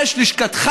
לשעה הזאת.